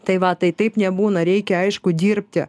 tai va tai taip nebūna reikia aišku dirbti